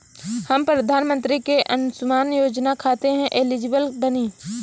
हम प्रधानमंत्री के अंशुमान योजना खाते हैं एलिजिबल बनी?